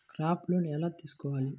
Crop loan ఎలా తీసుకోవాలి?